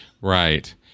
right